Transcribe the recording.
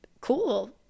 cool